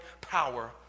power